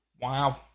Wow